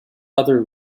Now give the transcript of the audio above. other